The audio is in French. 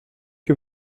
que